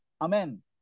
Amen